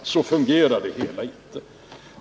Så fungerar det hela inte.